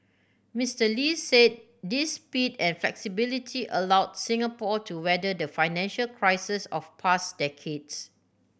Mr Lee said this speed and flexibility allowed Singapore to weather the financial crises of pass decades